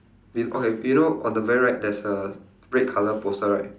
be~ okay you know on the very right there's a red colour poster right